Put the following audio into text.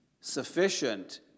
sufficient